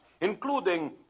including